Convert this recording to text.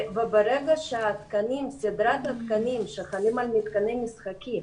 ברגע שסדרת התקנים שחלים על מתקני משחקים